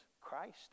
Christ